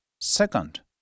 Second